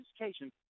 education